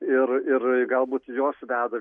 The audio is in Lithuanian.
ir ir galbūt jos veda